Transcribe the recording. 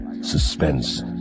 suspense